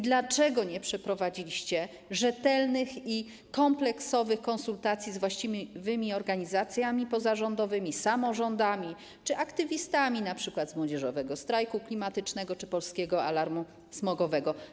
Dlaczego nie przeprowadziliście rzetelnych i kompleksowych konsultacji z właściwymi organizacjami pozarządowymi, samorządami czy aktywistami, np. z Młodzieżowego Strajku Klimatycznego czy Polskiego Alarmu Smogowego?